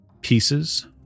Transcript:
pieces